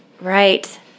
right